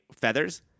feathers